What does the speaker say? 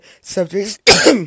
subjects